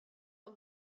har